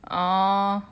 orh